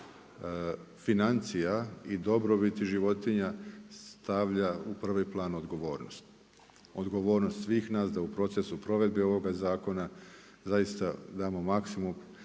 financija i dobrobiti životinja stavlja u prvi plan odgovornost, odgovornost svih nas da u procesu provedbe ovoga zakona zaista damo maksimum